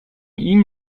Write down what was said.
ihm